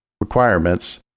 requirements